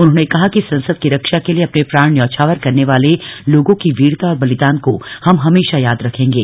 उन्होंने कहा कि संसद की रक्षा के लिए अपने प्राण न्यौछावर करने वाले लोगों की वीरता और बलिदान का हम सदा याद रखेंगे